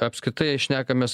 apskritai šnekamės